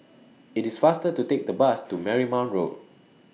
IT IS faster to Take The Bus to Marymount Road